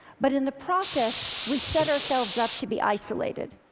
but in the process, we set ourselves up to be isolated.